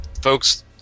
folks